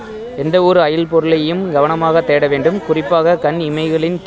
எந்தவொரு அயல்பொருளையும் கவனமாக தேட வேண்டும் குறிப்பாக கண் இமைகளின் கீழ் பார்க்க வேண்டும்